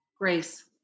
Grace